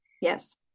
Yes